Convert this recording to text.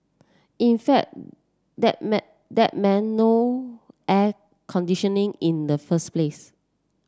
in fact that that meant no air conditioning in the first place